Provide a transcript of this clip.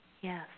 Yes